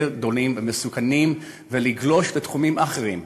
גדולים ומסוכנים ולגלוש לתחומים אחרים,